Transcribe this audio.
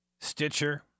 Stitcher